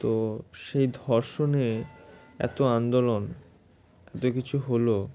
তো সেই ধর্ষণে এত আন্দোলন এতো কিছু হলো